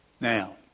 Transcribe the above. Now